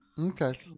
okay